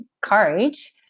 courage